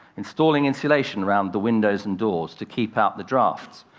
installing insulation around the windows and doors to keep out the drafts.